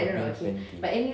robyn fenty